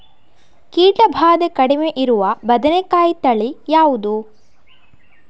ಕೀಟ ಭಾದೆ ಕಡಿಮೆ ಇರುವ ಬದನೆಕಾಯಿ ತಳಿ ಯಾವುದು?